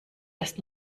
das